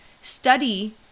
study